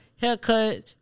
haircut